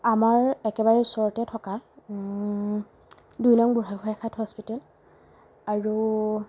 আমাৰ একেবাৰে ওচৰতে থকা দুই নং বুঢ়াগোঁসাইখাট হস্পিটেল আৰু